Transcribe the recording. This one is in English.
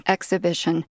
Exhibition